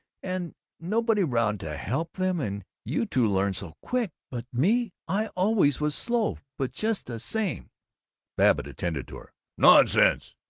and nobody round to help them and you two learn so quick, but me, i always was slow. but just the same babbitt attended to her nonsense!